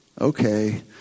okay